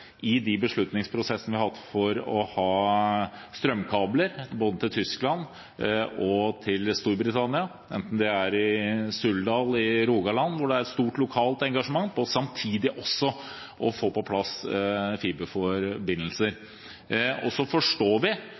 i de beslutningsprosessene vi har hatt for å få strømkabler til Tyskland og Storbritannia – f.eks. i Suldal i Rogaland, der det er et stort lokalt engasjement for dette, og samtidig også for å få på plass fiberforbindelser. Vi forstår at vi